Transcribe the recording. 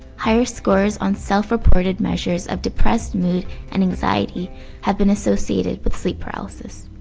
higher scores on self-reported measures of depressed mood and anxiety have been associated with sleep paralysis.